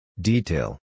Detail